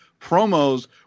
promos